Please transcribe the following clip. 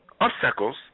obstacles